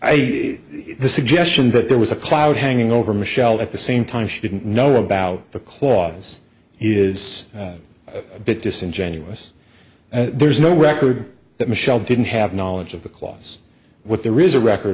suggests the suggestion that there was a cloud hanging over michelle at the same time she didn't know about the clause is a bit disingenuous there's no record that michele didn't have knowledge of the clause what there is a record